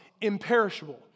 imperishable